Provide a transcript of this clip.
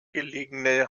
gelegene